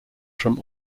from